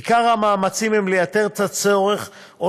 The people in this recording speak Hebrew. עיקר המאמצים הם לייתר את הצורך או